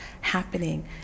happening